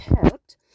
helped